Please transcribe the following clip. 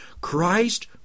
Christ